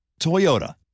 Toyota